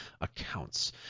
accounts